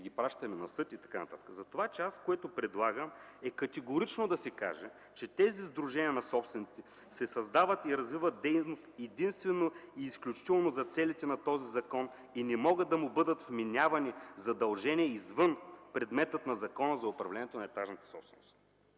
ги пращаме на съд и така нататък. Това, което предлагам, е да се каже категорично, че тези сдружения на собствениците се създават и развиват дейност единствено и изключително за целите на този закон и не могат да му бъдат вменявани задължения извън предмета на Закона за управлението на етажната собственост.